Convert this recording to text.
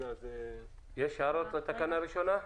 " האם יש הערות לתקנה הראשונה?